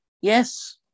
yes